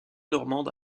normande